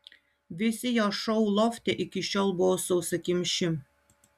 visi jo šou lofte iki šiol buvo sausakimši